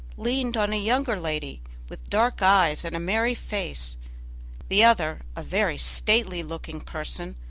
leaned on a younger lady, with dark eyes and a merry face the other, a very stately-looking person,